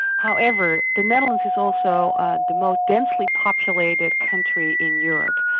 however, the netherlands is also ah the most densely populated country in europe.